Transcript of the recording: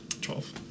Twelve